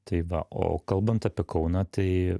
tai va o kalbant apie kauną tai